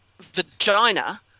vagina